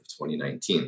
2019